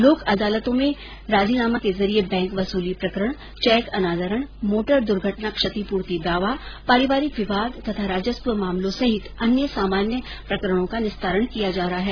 लोक अदालतों में राजनामें के जरिए बैंक वसुली प्रकरण चैक अनादरण मोटर दर्घटना क्षतिपूर्ति दावा पारिवारिक विवाद तथा राजस्व मामलों सहित अन्य सामान्य प्रकरणों निस्तारण किया जा रहा है